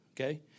okay